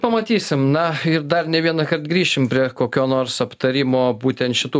pamatysim na ir dar ne vienąkart grįšim prie kokio nors aptarimo būtent šitų